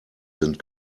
sind